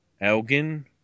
Elgin